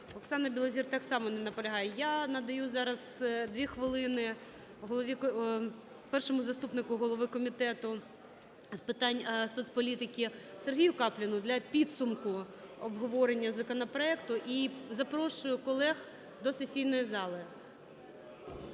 Оксана Білозір так само не наполягає. Я надаю зараз дві хвилини першому заступнику голови Комітету з питань соцполітики Сергію Капліну для підсумку обговорення законопроекту. І запрошую колег до сесійної зали.